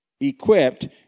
Equipped